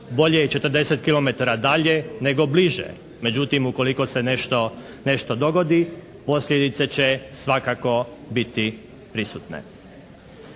Bolje i 40 kilometara dalje nego bliže. Međutim, ukoliko se nešto dogodi posljedice će svakako biti prisutne.